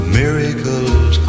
miracles